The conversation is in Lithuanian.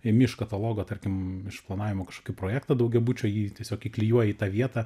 imi iš katalogo tarkim išplanavimo kažkokį projektą daugiabučio jį tiesiog įklijuoji į tą vietą